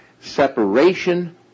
separation